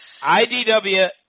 IDW